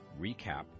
recap